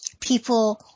people